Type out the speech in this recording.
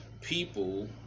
people